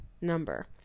number